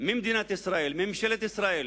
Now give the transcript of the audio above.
ממדינת ישראל, מממשלת ישראל,